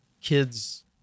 kids